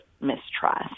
mistrust